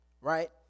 right